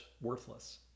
worthless